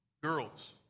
girls